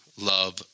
love